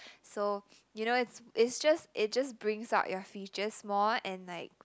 so you know it's it just it just brings out your features more and like